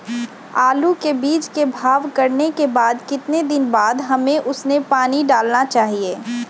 आलू के बीज के भाव करने के बाद कितने दिन बाद हमें उसने पानी डाला चाहिए?